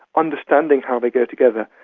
understanding how they go together,